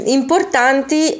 importanti